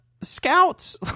scouts